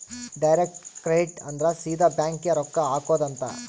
direct credit ಅಂದ್ರ ಸೀದಾ bank ಗೇ ರೊಕ್ಕ ಹಾಕೊಧ್ ಅಂತ